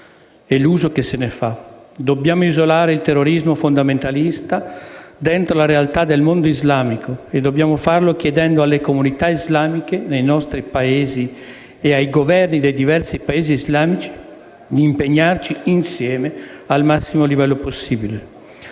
e l'uso che se ne fa. Dobbiamo isolare il terrorismo fondamentalista dentro la realtà del mondo islamico e dobbiamo farlo chiedendo alle comunità islamiche nei nostri Paesi e ai Governi dei diversi Paesi islamici di impegnarsi con noi al massimo livello possibile.